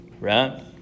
right